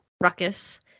ruckus